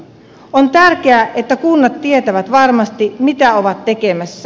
on tärkeää että kunnat tietävät varmasti mitä ovat tekemässä